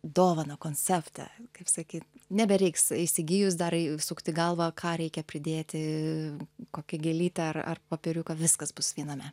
dovaną konceptą kaip sakyt nebereiks įsigijus dar sukti galvą ką reikia pridėti kokią gėlytę ar ar popieriuką viskas bus viename